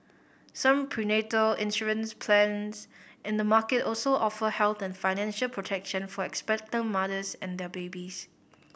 some prenatal insurance plans in the market also offer health and financial protection for expectant mothers and their babies